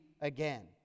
again